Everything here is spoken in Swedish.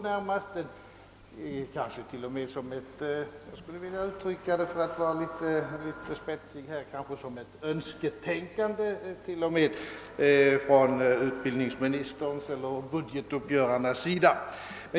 För att vara litet spetsig i formuleringen skulle jag till och med vilja kalla det ett önsketänkande från utbildningsministerns eller budgetuppgörarnas sida.